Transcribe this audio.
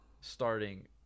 starting